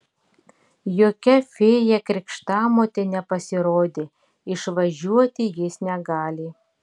jokia fėja krikštamotė nepasirodė išvažiuoti jis negali